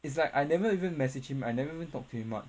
it's like I never even message him I never even talk to him much